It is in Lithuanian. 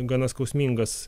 gana skausmingas